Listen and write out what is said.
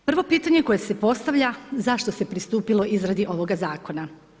Prvo pitanje koje se postavlja, zašto se pristupilo izradi ovoga zakona?